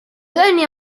tenia